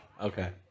Okay